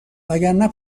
وگرنه